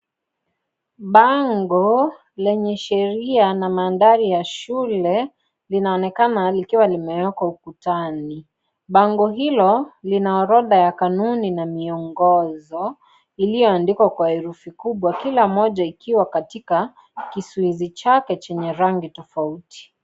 Bango lenye sheria na mandhari ya shule, linaonekana likiwa limewekwa ukutani. Bango hilo lina orodha ya kanuni na miongozo iliyoandikwa kwa herufi kubwa. Kila moja, ikiwa katika kisuizi chake chenye rangi tofauti.